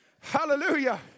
Hallelujah